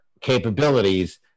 capabilities